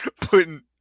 putting